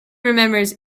remembers